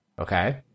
okay